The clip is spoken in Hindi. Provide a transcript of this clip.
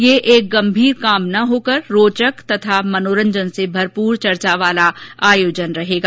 यह एक गंभीर काम न होकर रोचक तथा मनोरंजन से भरपूर चर्चा वाला आयोजन रहेगा